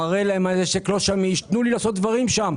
מראה להם שהנכס לא שמיש ומבקש שייתנו לי לעשות שם דברים.